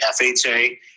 FHA